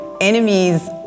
enemies